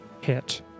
hit